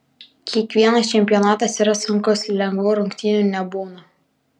kiekvienas čempionatas yra sunkus lengvų rungtynių nebūna